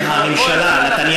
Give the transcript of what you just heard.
אתה ואתם, אתם, הממשלה, נתניהו.